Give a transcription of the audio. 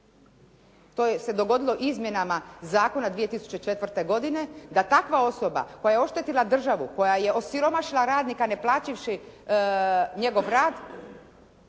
to se dogodilo izmjenama zakona 2004. godine, da takva osoba koja je oštetila državu, koja je osiromašila radnika ne plativši njegov rad,